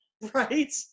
Right